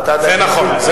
זה נכון.